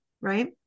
right